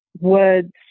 words